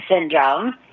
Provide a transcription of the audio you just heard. syndrome